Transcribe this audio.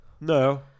No